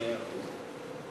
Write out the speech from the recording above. מאה אחוז.